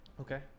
Okay